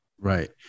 Right